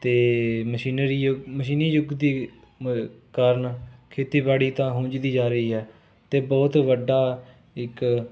ਅਤੇ ਮਸ਼ੀਨਰੀ ਯੁੱਗ ਮਸ਼ੀਨੀ ਯੁੱਗ ਦੀ ਮ ਕਾਰਨ ਖੇਤੀਬਾੜੀ ਤਾਂ ਖੁੰਝਦੀ ਜਾ ਰਹੀ ਹੈ ਅਤੇ ਬਹੁਤ ਵੱਡਾ ਇੱਕ